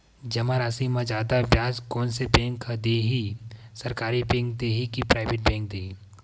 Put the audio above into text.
जमा राशि म जादा ब्याज कोन से बैंक ह दे ही, सरकारी बैंक दे हि कि प्राइवेट बैंक देहि?